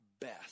best